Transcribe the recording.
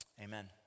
amen